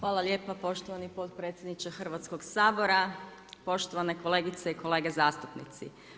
Hvala lijepa poštovani potpredsjedniče Hrvatskog sabora, poštovane kolegice i kolege zastupnici.